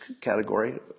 category